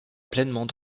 pleinement